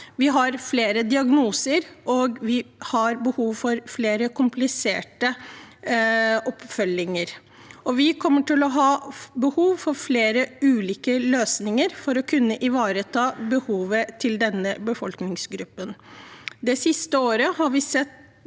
Vi har flere diagnoser, vi har behov for mer komplisert oppfølging, og vi kommer til å ha behov for flere ulike løsninger for å kunne ivareta behovet til denne befolkningsgruppen. Det siste året har vi sett